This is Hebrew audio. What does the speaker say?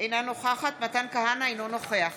אינה נוכחת מתן כהנא, אינו נוכח